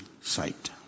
sight